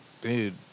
Dude